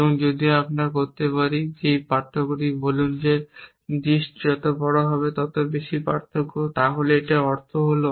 এবং যদি আমরা এখন করতে পারি এই পার্থক্যটি বলুন যে ডিস্ট যত বড় হবে তত বেশি পার্থক্য তাহলে এখানে অর্থ হল